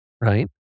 right